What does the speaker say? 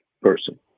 person